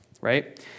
right